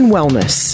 Wellness